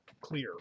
clear